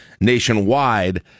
nationwide